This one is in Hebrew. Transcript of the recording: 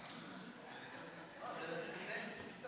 ובינתיים אנחנו פה ונישאר פה.